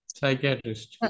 psychiatrist